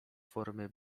formy